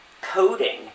coding